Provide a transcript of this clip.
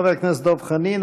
חבר הכנסת דב חנין.